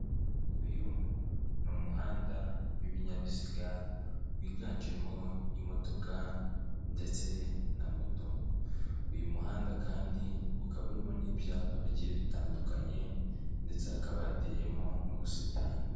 Uyu ni umuhanda w'ibinyabiziga wiganjemo imodoka ndetse na moto, uyu muhanda kandi ukaba urimo n'ibyapa bigiye bitandukanye ndetse hakaba hateyemo n'ubusitani.